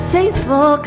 Faithful